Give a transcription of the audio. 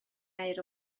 aur